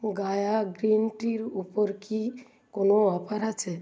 Gaya green টির ওপর কি কোনো অফার আছে